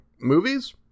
movies